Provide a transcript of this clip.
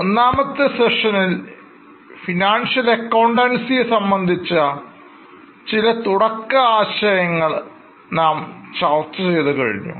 ഒന്നാമത്തെ സെഷനിൽ financial accountancy യെ സംബന്ധിച്ച് ചില തുടക്ക ആശയങ്ങൾ നാം ചർച്ച ചെയ്തു കഴിഞ്ഞു